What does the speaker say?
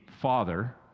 father